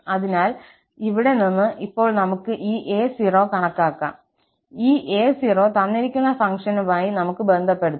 അതിനാൽ ഇവിടെ നിന്ന് ഇപ്പോൾ നമുക്ക് ഈ a0 കണക്കാക്കാം ഈ a0 തന്നിരിക്കുന്ന ഫംഗ്ഷനുമായി നമുക്ക് ബന്ധപ്പെടുത്താം